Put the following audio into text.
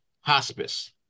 hospice